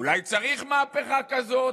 אולי צריך מהפכה כזאת,